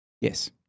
Yes